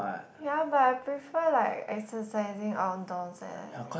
ya but I prefer like exercising outdoors eh